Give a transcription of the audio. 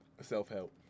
self-help